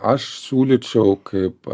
aš siūlyčiau kaip